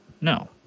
No